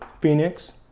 Phoenix